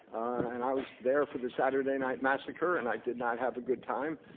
and i was there for the saturday night massacre and i did not have a good time,